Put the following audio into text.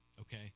okay